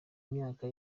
myaka